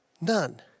None